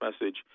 message